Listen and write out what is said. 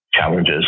challenges